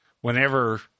whenever